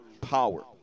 power